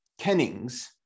kennings